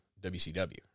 WCW